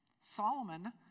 Solomon